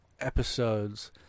episodes